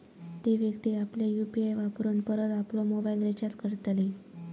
ती व्यक्ती आपल्या यु.पी.आय वापरून परत आपलो मोबाईल रिचार्ज करतली